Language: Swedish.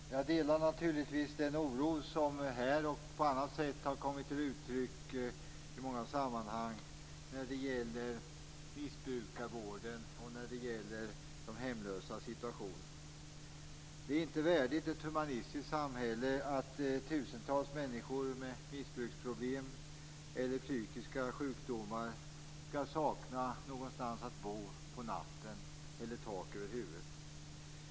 Fru talman! Jag delar naturligtvis den oro för missbrukarvården och de hemlösas situation som här och på annat sätt har kommit till uttryck. Det är inte värdigt ett humanistiskt samhälle att tusentals människor med missbruksproblem eller psykiska sjukdomar skall sakna någonstans att bo på natten eller tak över huvudet.